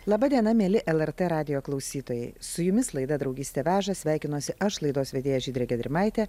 laba diena mieli lrt radijo klausytojai su jumis laida draugystė veža sveikinuosi aš laidos vedėja žydrė gedrimaitė